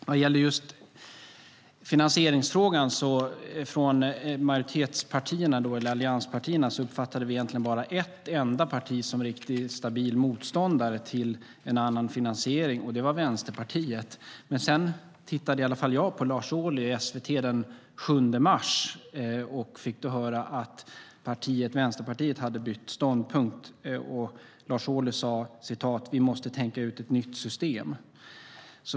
Vad det gäller just finansieringsfrågan uppfattade vi från majoritetspartierna eller allianspartierna egentligen bara ett enda parti som en riktigt stabil motståndare till en annan finansiering, och det var Vänsterpartiet. Men sedan tittade i alla fall jag på Lars Ohly i SVT den 7 mars och fick då höra att Vänsterpartiet hade bytt ståndpunkt. Lars Ohly sade: Vi måste tänka ut ett nytt system.